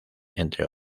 entre